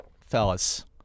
fellas